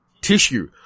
tissue